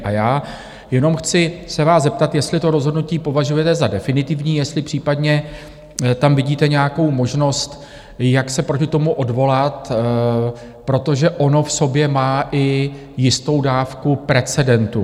A já jenom chci se vás zeptat, jestli to rozhodnutí považujete za definitivní, jestli případně tam vidíte nějakou možnost, jak se proti tomu odvolat, protože ono v sobě má i jistou dávku precedentu.